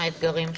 עם האתגרים שלו.